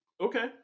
okay